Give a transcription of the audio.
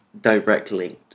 directly